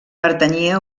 pertanyia